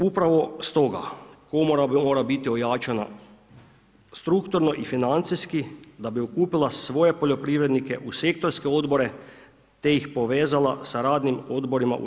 Upravo stoga, Komora mora biti ojačana strukturno i financijski da bi okupila svoje poljoprivrednike u sektorske odbore, te ih povezala sa radnim odborima u EU.